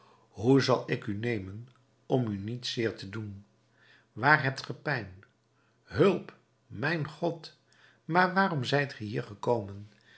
hoe zal ik u nemen om u niet zeer te doen waar hebt ge pijn hulp mijn god maar waarom zijt ge hier gekomen